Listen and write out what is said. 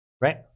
right